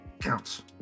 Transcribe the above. counts